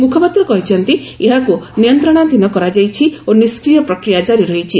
ମୁଖପାତ୍ର କହିଛନ୍ତି ଏହାକୁ ନିୟନ୍ତ୍ରଣାଧୀନ କରାଯାଇଛି ଓ ନିଷ୍ଟ୍ରିୟ ପ୍ରକ୍ରିୟା କାରି ରହିଛି